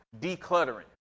decluttering